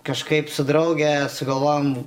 kažkaip su drauge sugalvojom